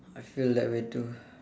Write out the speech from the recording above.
I feel that way too